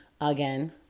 again